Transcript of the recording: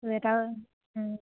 চুৱেটাৰো